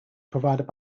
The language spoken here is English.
provided